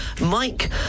Mike